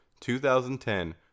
2010